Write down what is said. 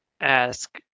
ask